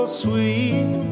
sweet